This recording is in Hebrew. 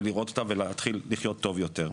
לראות אותה ולהתחיל לחיות טוב יותר.